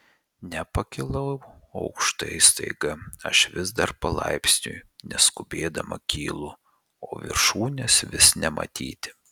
nepakilau aukštai staiga aš vis dar palaipsniui neskubėdama kylu o viršūnės vis nematyti